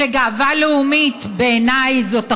שגאווה לאומית בעיני זאת אחדות,